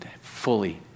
fully